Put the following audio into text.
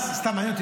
סתם מעניין אותי,